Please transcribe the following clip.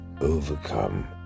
Overcome